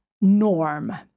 norm